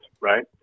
right